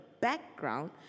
background